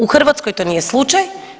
U Hrvatskoj to nije slučaj.